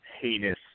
heinous